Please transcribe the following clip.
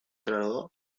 trasladó